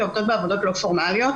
שעובדות בעבודות לא פורמליות